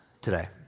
today